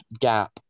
gap